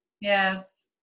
Yes